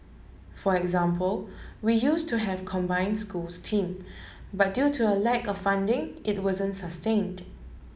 for example we used to have combined schools team but due to a lack of funding it wasn't sustained